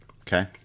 okay